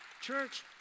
Church